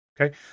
Okay